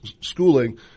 schooling